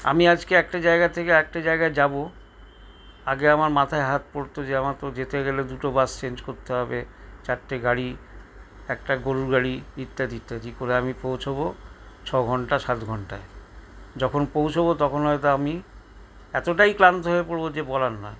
আমি আজকে একটা জায়গা থেকে আর একটা জায়গায় যাবো আগে আমার মাথায় হাত পড়ত যে আমার তো যেতে গেলে দুটো বাস চেঞ্জ করতে হবে চারটে গাড়ি একটা গরুর গাড়ি ইত্যাদি ইত্যাদি করে আমি পৌঁছবো ছ ঘন্টা সাত ঘন্টায় যখন পৌঁছবো তখন হয়তো আমি এতটাই ক্লান্ত হয়ে পড়বো যে বলার নয়